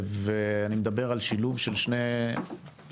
ואני מדבר על שילוב של שני נושאים.